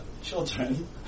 children